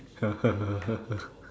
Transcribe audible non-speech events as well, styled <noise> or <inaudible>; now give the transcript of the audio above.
<laughs>